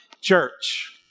Church